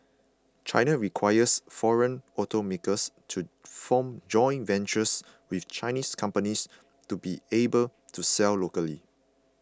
China requires foreign automakers to form joint ventures with Chinese companies to be able to sell locally